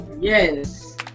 Yes